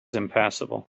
impassable